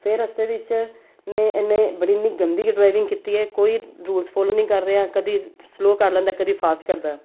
ਫਿਰ ਰਸਤੇ ਵਿੱਚ ਨੇ ਇਹਨੇ ਬੜੀ ਇੰਨੀ ਗੰਦੀ ਡਰਾਈਵਿੰਗ ਕੀਤੀ ਹੈ ਕੋਈ ਰੂਲਸ ਫੋਲੋ ਨਹੀਂ ਕਰ ਰਿਹਾ ਕਦੀ ਸਲੋ ਕਰ ਲੈਂਦਾ ਕਦੀ ਫਾਸਟ ਕਰਦਾ